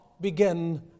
begin